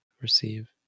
receive